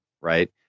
Right